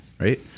right